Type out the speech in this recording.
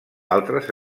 altres